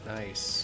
nice